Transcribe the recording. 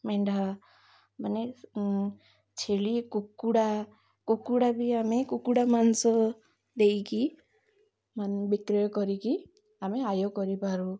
ମେଣ୍ଢା ମାନେ ଛେଳି କୁକୁଡ଼ା କୁକୁଡ଼ା ବି ଆମେ କୁକୁଡ଼ା ମାଂସ ଦେଇକି ବିକ୍ରୟ କରିକି ଆମେ ଆୟ କରିପାରୁ